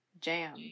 jam